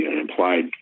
implied